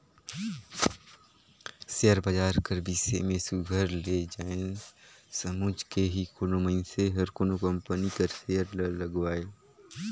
share बजार कर बिसे में सुग्घर ले जाएन समुझ के ही कोनो मइनसे हर कोनो कंपनी कर सेयर ल लगवाए